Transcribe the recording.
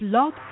Blog